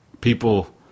people